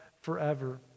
forever